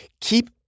Keep